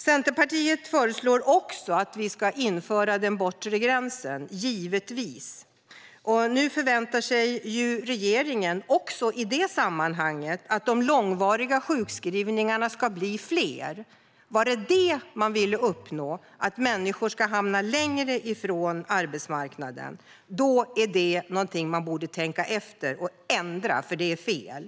Centerpartiet föreslår också att vi ska införa den bortre gränsen. Nu förväntar sig regeringen också i det sammanhanget att de långvariga sjukskrivningarna ska bli fler. Var det det man ville uppnå, det vill säga att människor ska hamna längre ifrån arbetsmarknaden? Där borde man tänka efter och ändra. Det är fel.